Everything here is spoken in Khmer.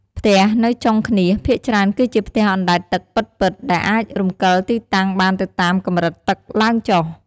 ផ្ទះនៅ ចុងឃ្នាស ភាគច្រើនគឺជាផ្ទះអណ្ដែតទឹកពិតៗ ដែលអាចរំកិលទីតាំងបានទៅតាមកម្រិតទឹកឡើងចុះ។